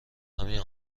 همین